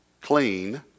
clean